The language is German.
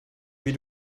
wie